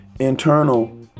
Internal